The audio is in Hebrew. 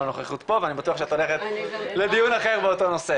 הנוכחות פה ואני בטוח שאת הולכת לדיון אחר באותו נושא.